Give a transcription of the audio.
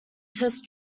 test